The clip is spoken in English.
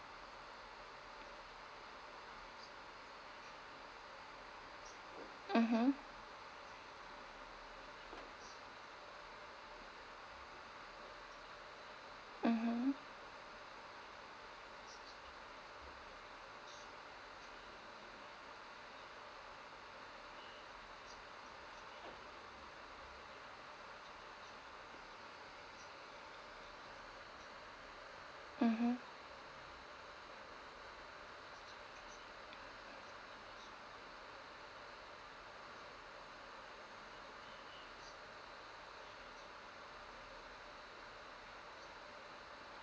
mmhmm mmhmm mmhmm